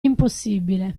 impossibile